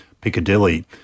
Piccadilly